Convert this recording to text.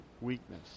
weakness